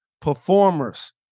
performers